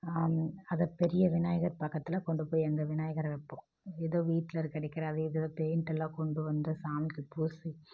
அதை பெரிய விநாயகர் பக்கத்தில் கொண்டு போய் அங்கே விநாயகரை வைப்போம் ஏதோ வீட்டில் கிடைக்கிற அது இது பெயிண்டு எல்லாம் கொண்டு வந்து சாமிக்கு பூசி